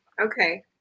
okay